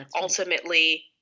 ultimately